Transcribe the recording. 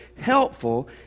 helpful